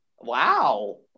Wow